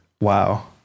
Wow